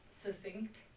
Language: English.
succinct